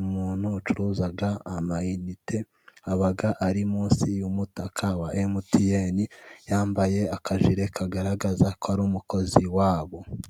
umuntu ucuruza amayinite aba ari munsi y'umutaka wa MTN, yambaye akajire kagaragaza ko ari umukozi wabo.